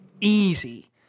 easy